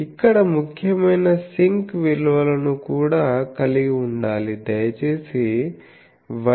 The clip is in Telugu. ఇక్కడ ముఖ్యమైన సింక్ విలువలను కూడా కలిగి ఉండాలి దయచేసి Y 1